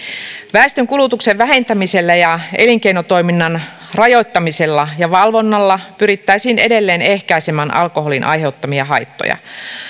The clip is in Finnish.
väestön kulutuksen vähentämisellä ja elinkeinotoiminnan rajoittamisella ja valvonnalla pyrittäisiin edelleen ehkäisemään alkoholin aiheuttamia haittoja